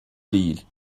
değil